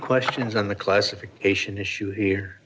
questions on the classification issue here